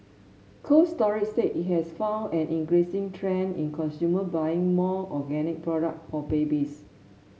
Cold Storage said it has found an increasing trend in consumers buying more organic products for babies